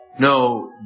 No